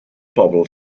bobl